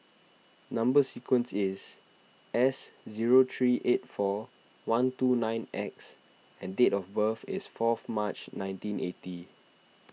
Number Sequence is S zero three eight four one two nine X and date of birth is four of March nineteen eighty